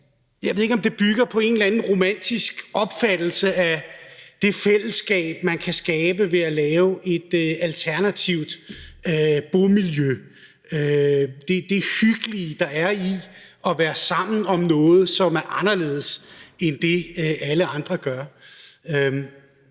det ikke bygger på en eller anden romantisk opfattelse af det fællesskab, man kan skabe ved at lave et alternativt bomiljø; altså det hyggelige, der er, ved at være sammen om noget, som er anderledes end det, alle andre gør.